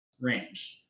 range